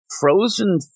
frozen